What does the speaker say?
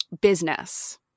business